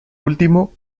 último